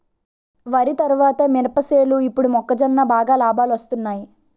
వరి తరువాత మినప సేలు ఇప్పుడు మొక్కజొన్న బాగా లాబాలొస్తున్నయ్